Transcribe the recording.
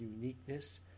uniqueness